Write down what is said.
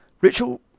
Rachel